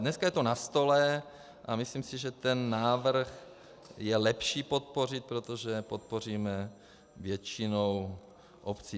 Dneska je to na stole a myslím si, že ten návrh je lepší podpořit, protože podpoříme většinu obcí.